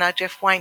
התמנה ג'ף ויינר,